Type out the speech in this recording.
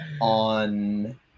On